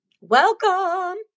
Welcome